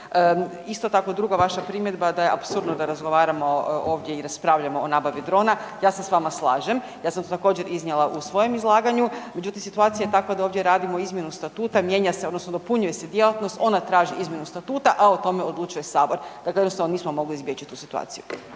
Isto tako, druga vaša primjedba da je apsurdno da razgovaramo ovdje i raspravljamo o nabavi drona, ja se s vama slažem, ja sam također iznijela u svojem izlaganju, međutim situacija je takva da ovdje radimo izmjenu statuta, mijenja se odnosno dopunjuje se djelatnost, ona traži izmjenu statuta a o tome odlučuje Sabor. Dakle jednostavno nismo mogli izbjeći tu situaciju.